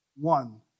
one